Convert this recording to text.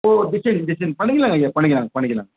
ஓ design design பண்ணிக்கலாங்க ஐயா பண்ணிக்கலாம் பண்ணிக்கலாம்